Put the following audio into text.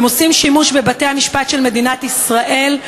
הם עושים שימוש בבתי-המשפט של מדינת ישראל,